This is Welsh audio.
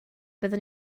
byddwn